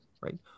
right